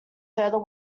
further